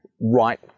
right